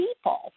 people